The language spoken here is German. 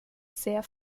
sehr